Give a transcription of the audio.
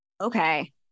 Okay